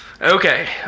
okay